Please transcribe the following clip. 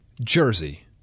Jersey